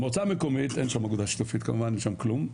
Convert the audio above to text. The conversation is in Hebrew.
מועצה מקומית אין שם אגודה שיתופית כמובן אין שם כלום,